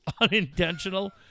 unintentional